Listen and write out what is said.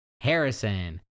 Harrison